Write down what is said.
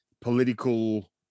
political